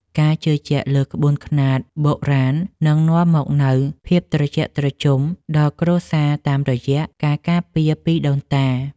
ការជឿជាក់លើក្បួនខ្នាតបុរាណនឹងនាំមកនូវភាពត្រជាក់ត្រជុំដល់គ្រួសារតាមរយៈការការពារពីដូនតា។